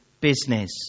business